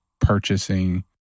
purchasing